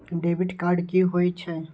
Debit card कि होई छै?